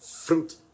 fruit